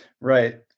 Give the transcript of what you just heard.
Right